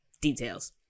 details